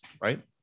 right